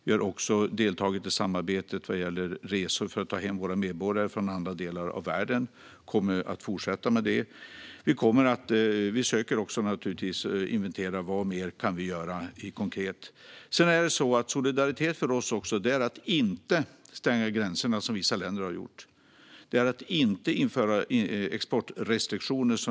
Vi har också deltagit i samarbetet vad gäller resor för att ta hem våra medborgare från andra delar av världen och kommer att fortsätta med det. Vi söker naturligtvis också att inventera vad mer vi kan göra konkret. Solidaritet är för oss att inte stänga gränserna, som vissa länder har gjort. Det är att inte införa exportrestriktioner.